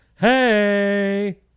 Hey